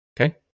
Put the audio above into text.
Okay